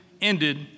ended